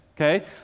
Okay